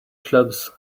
clubs